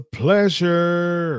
pleasure